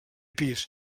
pis